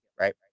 right